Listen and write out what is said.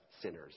sinners